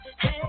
hey